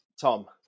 Tom